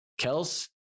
Kels